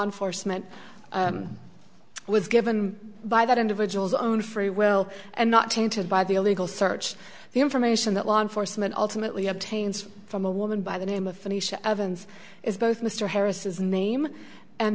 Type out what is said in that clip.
enforcement was given by that individual's own free will and not tainted by the illegal search the information that law enforcement ultimately obtained from a woman by the name of phoenicia evans is both mr harris is name and